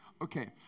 Okay